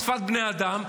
בשפת בני אדם,